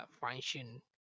function